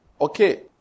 Okay